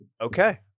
Okay